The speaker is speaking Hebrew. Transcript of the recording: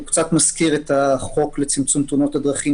הוא קצת מזכיר את החוק לצמצום תאונות הדרכים